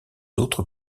autres